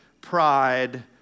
pride